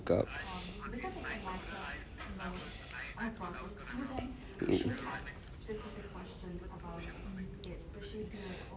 woke up mm